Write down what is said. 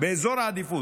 באזור העדיפות,